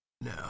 No